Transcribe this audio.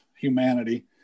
humanity